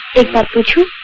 it ah so true?